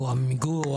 או עמיגור,